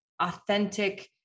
authentic